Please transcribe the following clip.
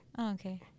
Okay